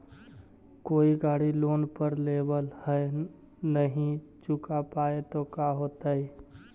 कोई गाड़ी लोन पर लेबल है नही चुका पाए तो का होतई?